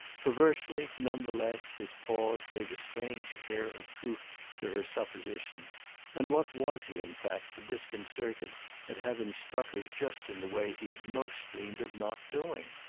perversely, none the less, his pause gave a strange air of truth to her supposition and what was he in fact but disconcerted at having struck her just in the way he had most dreamed of not doing?